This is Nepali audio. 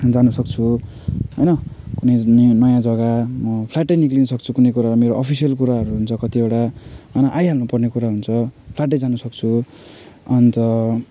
जान सक्छु होइन कुनै नयाँ जगा म फ्याट्टै निस्कनु सक्छु कुनै कुरा मेरो अफिसियल कुराहरू हुन्छ कतिवटा होइन आइहाल्नु पर्ने कुरा हुन्छ फ्याट्टै जान सक्छु अन्त